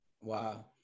wow